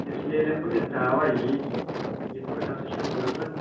اسلیے لٮ۪کھو أسۍ دعوا یی کہِ یِتھ پٲٹھۍ ہسا چھ اَسہِ ضروٗرت